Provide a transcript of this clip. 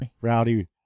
Rowdy